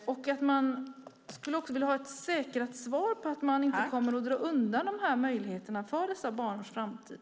Jag skulle också vilja ha ett säkrat svar på att man inte kommer att dra undan möjligheterna för dessa banors framtid.